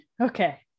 Okay